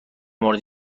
مورد